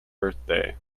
birthday